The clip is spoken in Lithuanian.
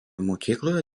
mokykloje